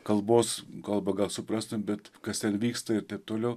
kalbos kalbą gal suprastum bet kas ten vyksta ir taip toliau